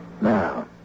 Now